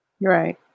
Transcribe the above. Right